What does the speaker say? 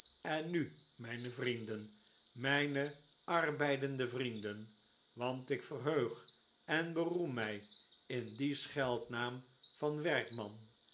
en nu mijne vrienden mijne arbeidende vrienden want ik verheug en beroem mij in dien scheldnaam van werkman